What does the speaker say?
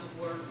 work